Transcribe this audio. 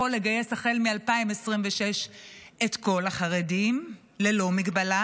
לגייס החל מ-2026 את כל החרדים ללא מגבלה,